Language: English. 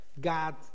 God